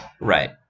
Right